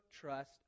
trust